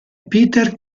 peter